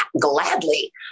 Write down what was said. gladly